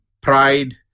pride